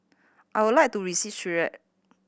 I would like to visit Syria